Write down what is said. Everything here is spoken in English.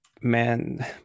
men